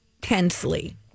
tensely